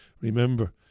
remember